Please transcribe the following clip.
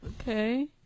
Okay